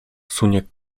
sunie